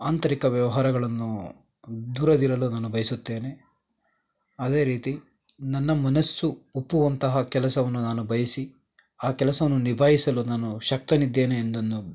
ಆಂತರಿಕ ವ್ಯವಹಾರಗಳನ್ನು ದೂರದಿರಲು ನಾನು ಬಯಸುತ್ತೇನೆ ಅದೇ ರೀತಿ ನನ್ನ ಮನಸ್ಸು ಒಪ್ಪುವಂತಹ ಕೆಲಸವನ್ನು ನಾನು ಬಯಸಿ ಆ ಕೆಲಸವನ್ನು ನಿಭಾಯಿಸಲು ನಾನು ಶಕ್ತನಿದ್ದೇನೆ ಎಂದೆನ್ನು